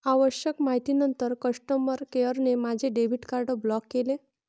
आवश्यक माहितीनंतर कस्टमर केअरने माझे डेबिट कार्ड ब्लॉक केले